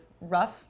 rough